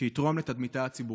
שיתרום לתדמיתה הציבורית".